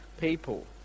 people